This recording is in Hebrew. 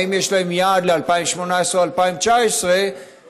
האם יש להם יעד ל-2018 או 2019 לעלות